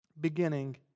beginning